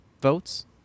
votes